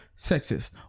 sexist